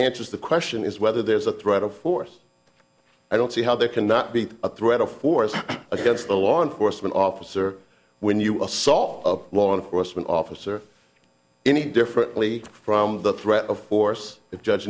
answers the question is whether there's a threat of force i don't see how there can not be a threat of force against the law enforcement officer when you assault of law enforcement officer any differently from the threat of force if judge